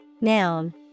Noun